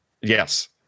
Yes